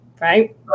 right